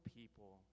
people